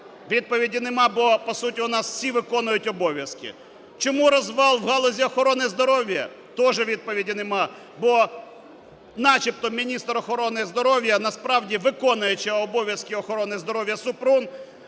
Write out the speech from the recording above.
Відповіді немає, бо, по суті, у нас всі виконують обов'язки. Чому розвал у галузі охорони здоров'я? Теж відповіді немає, бо начебто міністр охорони здоров'я, а насправді виконуюча обов'язки охорони здоров'я, Супрун